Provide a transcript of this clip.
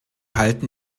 halten